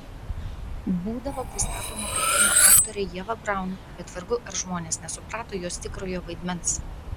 būdavo pristatoma kaip kino aktorė ieva braun bet vargu ar žmonės nesuprato jos tikrojo vaidmens